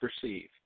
perceive